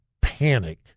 panic